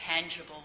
tangible